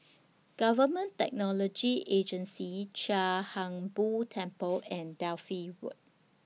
Government Technology Agency Chia Hung Boo Temple and Delhi Road